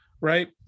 Right